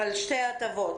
על שתי הטבות.